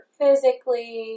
physically